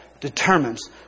determines